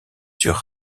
sur